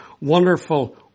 wonderful